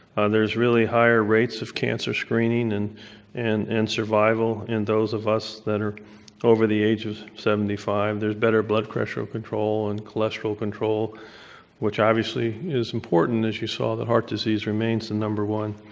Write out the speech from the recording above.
there's really higher rates of cancer screening and and and survival in those of us that are over the age of seventy five. there's better blood pressure control and cholesterol control which obviously is important as you saw that heart disease remains the number one,